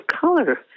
color